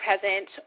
present